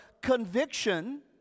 conviction